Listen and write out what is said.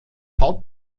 haut